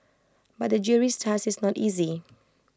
but the jury's task is not easy